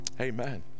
Amen